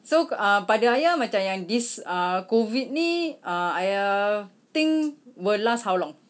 so ah pada ayah macam yang this ah COVID ni ah ayah think will last how long